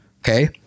Okay